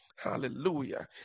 Hallelujah